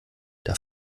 der